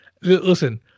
listen